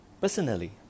Personally